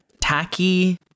tacky